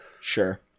Sure